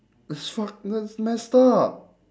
that's fuc~ that's messed up